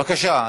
בבקשה.